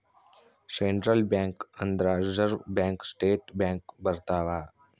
central bank ಅಂದ್ರ reserve bank state bank ಬರ್ತವ